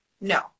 No